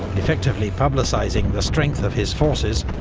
effectively publicising the strength of his forces,